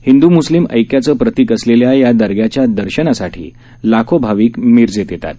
हिंद् मुस्लीम ऐक्याच प्रतिक असलेल्या या दर्ग्याच्या दर्शनासाठी लाखो भाविक मिरजेत येतात